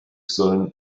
sollen